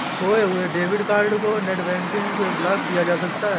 खोये हुए debit card को नेटबैंकिंग से ब्लॉक किया जा सकता है